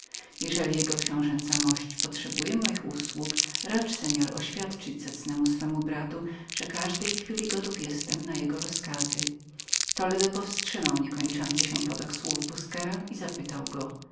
jeżeli jego księżęca mość potrzebuje moich usług racz seor oświadczyć zacnemu swemu bratu że każdej chwili gotów jestem na jego rozkazy toledo powstrzymał potok słów busquera któremu nie przewidywał końca i zapytał go